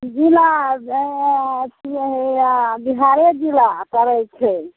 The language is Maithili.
जिला हेए बिहारे जिला पड़ै छै